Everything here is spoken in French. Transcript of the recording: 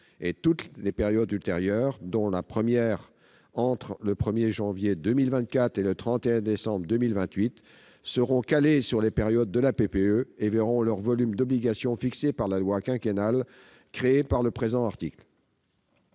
toutes les périodes ultérieures, dont la première, entre le 1 janvier 2024 et le 31 décembre 2028, seront calées sur les périodes de la PPE et verront leur volume d'obligations déterminé par la loi quinquennale créée par le présent article.